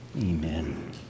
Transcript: Amen